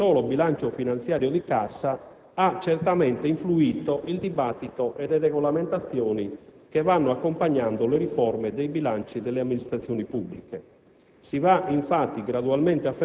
circa il mantenimento del solo bilancio finanziario di cassa hanno certamente influito il dibattito e le regolamentazioni che vanno accompagnando le riforme dei bilanci delle amministrazioni pubbliche.